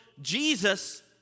Jesus